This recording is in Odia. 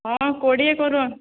ହଁ କୋଡ଼ିଏ କରୁନ୍